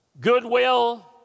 goodwill